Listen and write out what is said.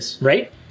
right